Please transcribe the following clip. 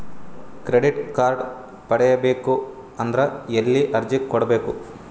Credit card ಪಡಿಬೇಕು ಅಂದ್ರ ಎಲ್ಲಿ ಅರ್ಜಿ ಕೊಡಬೇಕು?